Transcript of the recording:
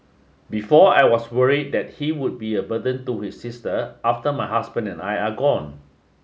before I was worried that he would be a burden to his sister after my husband and I are gone